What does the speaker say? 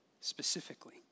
specifically